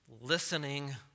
listening